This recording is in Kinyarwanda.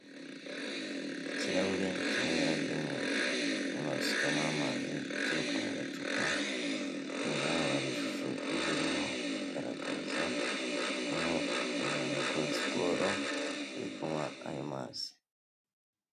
Ikirahure cyo mu ibara ry'umweru. Barimo barasukamo amazi aturuka mu gacupa, nyuma yaho hari ishusho y'ubururu, igaragaza aho abantu bakora siporo, bari kunywa ayo mazi.